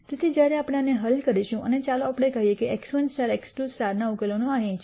તેથી જ્યારે આપણે આને હલ કરીશું અને ચાલો આપણે કહીએ કે x1 x2 ઉકેલો નો અહીં છે